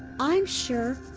i'm sure.